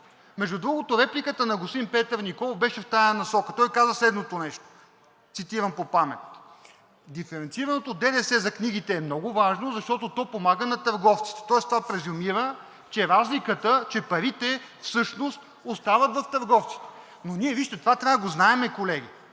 Между другото репликата на господин Петър Николов беше в тази насока. Той каза следното нещо, цитирам по памет: „Диференцираното ДДС за книгите е много важно, защото то помага на търговците.“ Тоест това презюмира, че парите всъщност остават в търговците. Но вижте, ние трябва да го знаем, колеги,